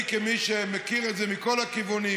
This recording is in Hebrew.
אני, כמי שמכיר את זה מכל הכיוונים,